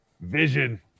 vision